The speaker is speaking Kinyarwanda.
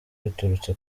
biturutse